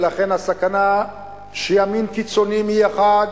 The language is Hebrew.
ולכן הסכנה היא שימין קיצוני מחד